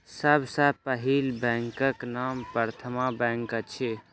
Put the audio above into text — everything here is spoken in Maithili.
सभ सॅ पहिल बैंकक नाम प्रथमा बैंक अछि